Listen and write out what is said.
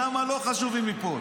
שם לא חשוב אם ייפול.